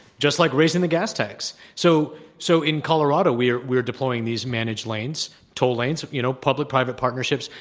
just like raising the gas tax. so so in colorado, we're we're deploying these managed lanes, toll lanes, you know, public private partnerships,